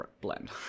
blend